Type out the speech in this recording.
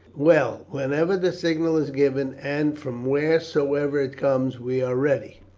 well, whenever the signal is given, and from wheresoever it comes, we are ready.